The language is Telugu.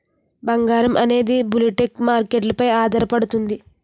బంగారం అనేది బులిటెన్ మార్కెట్ పై ఆధారపడుతుంది